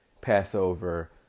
Passover